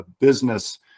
business